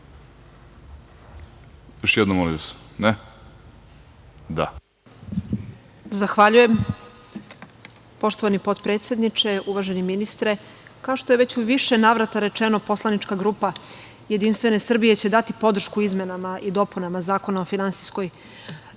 **Zagorka Aleksić** Zahvaljujem. Poštovani potpredsedniče, uvaženi ministre, kao što je već u više navrata rečeno poslanička grupa Jedinstvene Srbije će dati podršku izmenama i dopunama Zakona o finansijskoj